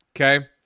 Okay